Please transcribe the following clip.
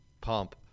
Pump